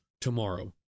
Tomorrow